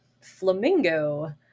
flamingo